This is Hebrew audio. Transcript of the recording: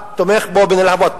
תומך בו בהתלהבות.